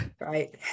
right